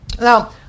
Now